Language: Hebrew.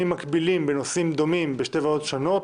מקבילים בנושאים דומים בשתי ועדות שונות.